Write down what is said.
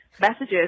messages